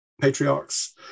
patriarchs